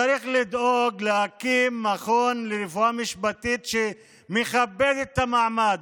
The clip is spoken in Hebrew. צריך לדאוג להקים מכון לרפואה משפטית שמכבד את המעמד.